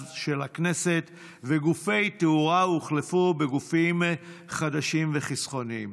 של הכנסת וגופי תאורה הוחלפו בגופים חדשים וחסכוניים.